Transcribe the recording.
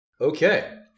Okay